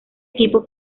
equipo